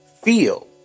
feel